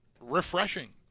refreshing